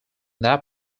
that